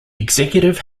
executive